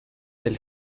del